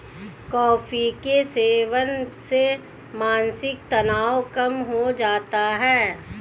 coffee के सेवन से मानसिक तनाव कम हो जाता है